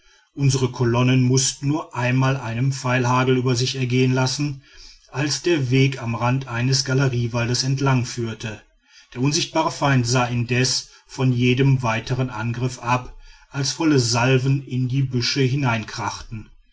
unsere kolonnen mußten nur einmal einen pfeilhagel über sich ergehen lassen als der weg am rand eines galeriewaldes entlangführte der unsichtbare feind sah indes von jedem weitern angriff ab als volle salven in die büsche